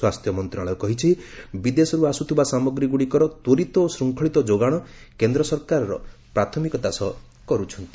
ସ୍ୱାସ୍ଥ୍ୟ ମନ୍ତ୍ରଣାଳୟ କହିଛି ବିଦେଶରୁ ଅସ୍ତ୍ରିବା ସାମଗ୍ରୀଗୁଡ଼ିକର ତ୍ୱରିତ ଓ ଶୃଙ୍ଖଳିତ ଯୋଗାଣ କେନ୍ଦ୍ର ସରକାର ପ୍ରାଥମିକତାର ସହ କରୁଛନ୍ତି